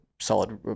solid